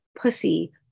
pussy